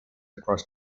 across